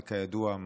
וכידוע,